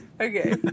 Okay